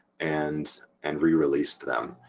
and and re-released them,